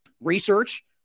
research